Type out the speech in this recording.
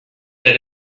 that